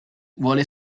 vuole